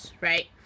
right